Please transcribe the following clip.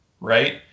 right